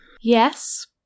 Yes